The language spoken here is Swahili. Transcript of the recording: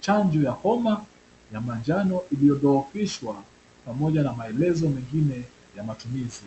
chanjo ya homa ya manjano iliyodhoofishwa pamoja na maelezo mengine ya matumizi.